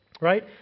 Right